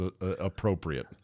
appropriate